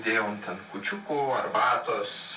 dėjom ten kūčiukų arbatos